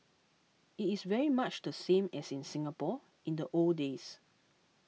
it is very much the same as in Singapore in the old days